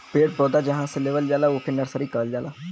पेड़ पौधा जहां से लेवल जाला ओके नर्सरी कहल जाला